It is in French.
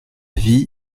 vie